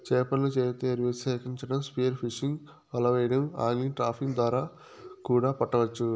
చేపలను చేతితో ఎరవేసి సేకరించటం, స్పియర్ ఫిషింగ్, వల వెయ్యడం, ఆగ్లింగ్, ట్రాపింగ్ ద్వారా కూడా పట్టవచ్చు